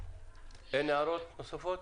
אין הערות נוספות?